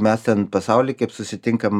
mes ten pasauly kaip susitinkam